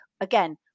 again